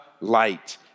light